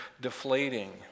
deflating